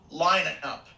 lineup